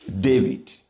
David